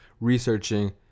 researching